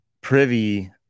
privy